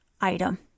item